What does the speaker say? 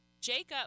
Jacob